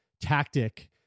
tactic